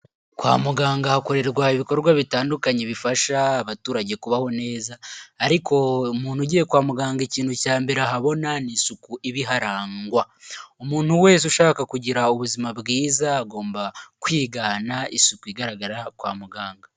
Kwa muganga hakorerwa ibikorwa bitandukanye bifasha abaturage kubaho neza, ariko umuntu ugiye kwa muganga ikintu cya mbere ahabona ni isuku iba iharangwa, umuntu wese ushaka kugira ubuzima bwiza agomba kwigana isuku igaragara kwa muganga.